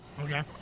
Okay